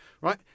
right